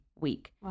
week